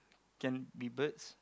can be birds